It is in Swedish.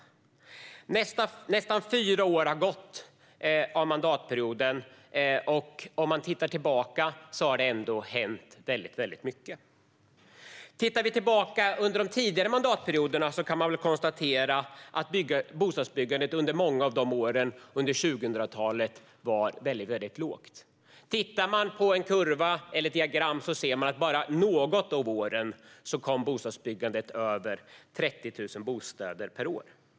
Nästan fyra år har gått av mandatperioden, och om man tittar tillbaka ser man att det har hänt mycket. Tittar man tillbaka på tidigare mandatperioder kan man konstatera att bostadsbyggandet under många av åren under 2000talet har varit väldigt lågt. Tittar man på en kurva eller ett diagram ser man att det bara var något av åren som bostadsbyggandet kom över 30 000 bostäder per år.